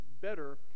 Better